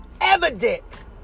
evident